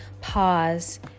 pause